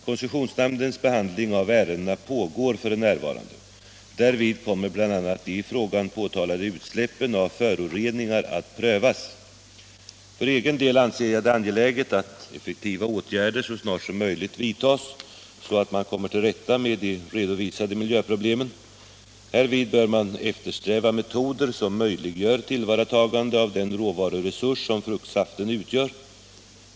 Koncessionsnämndens behandling av ärendena pågår f. n. Därvid kommer bl.a. de i frågan påtalade utsläppen av föroreningar att prövas. För egen del anser jag det angeläget att effektiva åtgärder så snart som möjligt vidtas, så att man kommer till rätta med de redovisade miljöproblemen. Härvid bör man eftersträva metoder som möjliggör tillvaratagande av den råvaruresurs som fruktsaften utgör.